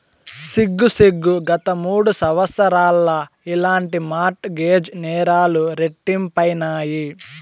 సిగ్గు సిగ్గు, గత మూడు సంవత్సరాల్ల ఇలాంటి మార్ట్ గేజ్ నేరాలు రెట్టింపైనాయి